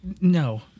no